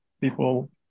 people